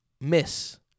miss